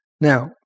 Now